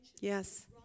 Yes